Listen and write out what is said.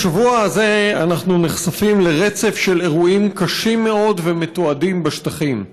בשבוע הזה אנחנו נחשפים לרצף של אירועים קשים מאוד ומתועדים בשטחים.